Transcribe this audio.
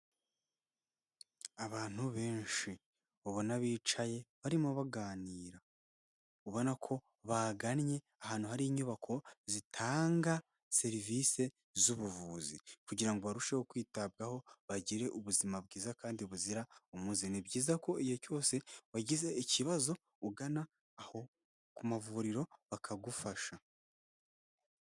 Abantu benshi ubona bicaye barimo baganira ubona ko bagannye ahantu hari inyubako zitanga serivisi z'ubuvuzi kugira ngo barusheho kwitabwaho bagire ubuzima bwiza kandi buzira umuze. Ni byiza ko igihe cyose wagize ikibazo ugana aho ku mavuriro bakagufasha.